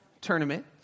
tournament